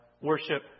worship